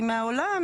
מהעולם,